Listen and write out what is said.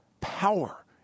power